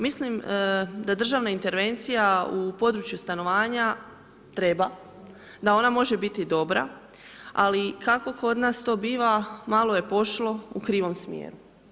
Mislim da državna intervencija u području stanovanja treba, da ona može biti dobra, ali kako kod nas to biva, malo je pošlo u krivom smjeru.